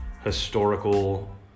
historical